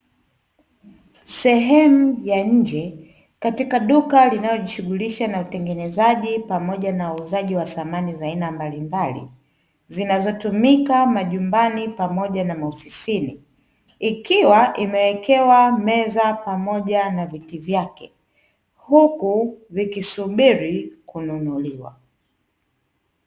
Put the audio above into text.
Sehemu ya nje katika duka linalojishughulisha na utengenezaji pamoja na uuzaji wa thamani za aina mbalimbali, zinazotumika majumbani pamoja na maofisini. Ikiwa imewekewa meza pamoja na vyake huku vikisubiri kununuliwa.